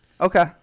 okay